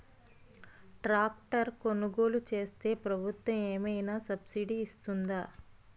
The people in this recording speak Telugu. ట్రాక్టర్ కొనుగోలు చేస్తే ప్రభుత్వం ఏమైనా సబ్సిడీ ఇస్తుందా?